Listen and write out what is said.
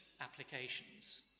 applications